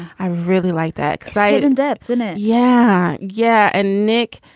i really like that. say it in depth in it. yeah. yeah. and nick,